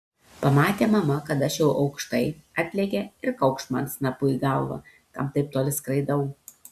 pamatė mama kad aš jau aukštai atlėkė ir kaukšt man snapu į galvą kam taip toli skridau